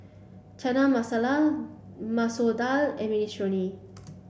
Chana Masala Masoor Dal and Minestrone